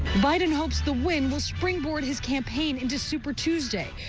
biden hopes the winless springboard his campaign and a super tuesday.